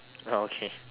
oh okay